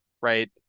Right